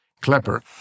Klepper